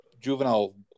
juvenile